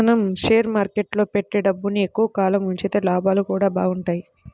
మనం షేర్ మార్కెట్టులో పెట్టే డబ్బుని ఎక్కువ కాలం ఉంచితే లాభాలు గూడా బాగుంటయ్